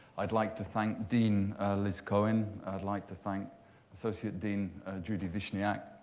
i'd like to thank dean liz cohen. i'd like to thank associate dean judy vichniac,